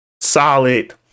solid